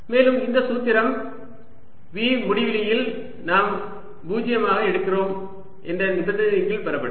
மேலும் இந்த சூத்திரம் V முடிவிலியில் நாம் 0 ஆக எடுக்கிறோம் என்ற நிபந்தனையின் கீழ் பெறப்பட்டது